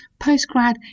Postgrad